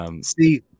See